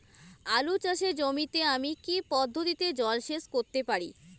আলু চাষে জমিতে আমি কী পদ্ধতিতে জলসেচ করতে পারি?